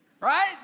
Right